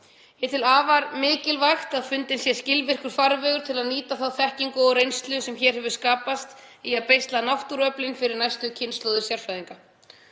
Ég tel afar mikilvægt að fundinn sé skilvirkur farvegur til að nýta þá þekkingu og reynslu sem hér hefur skapast í að beisla náttúruöflin fyrir næstu kynslóðir sérfræðinga.